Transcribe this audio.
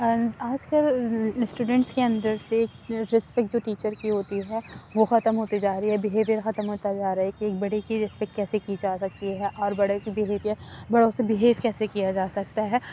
and آج کل students کے اندر سے رسپیکٹ جو ٹیچر کی ہوتی ہے وہ ختم ہوتی جا رہی ہے بیہیویر ختم ہوتا جا رہا ہے کہ ایک بڑے کی رسپیکٹ کیسے کی جا سکتی ہے اور بڑے سے بیہیو بڑوں سے بیہیو کیا جا سکتا ہے